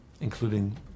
including